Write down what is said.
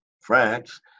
France